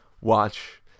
watch